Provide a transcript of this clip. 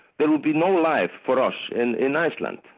there would be no life for us in in iceland.